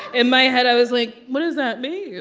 in my head i was like what does that mean?